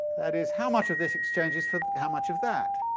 that is how much of this exchanges for how much of that,